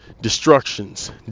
destructions